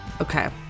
Okay